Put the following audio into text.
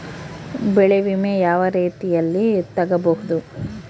ಬೆಳೆ ವಿಮೆ ಯಾವ ರೇತಿಯಲ್ಲಿ ತಗಬಹುದು?